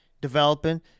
developing